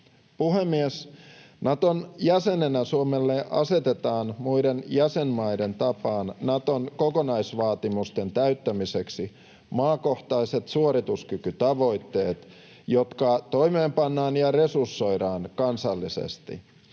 Puhemies! Naton jäsenenä Suomelle asetetaan muiden jäsenmaiden tapaan Naton kokonaisvaatimusten täyttämiseksi maakohtaiset suorituskykytavoitteet, jotka toimeenpannaan ja resursoidaan kansallisesti.